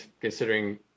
considering